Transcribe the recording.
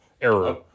Error